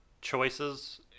choices